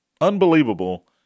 Unbelievable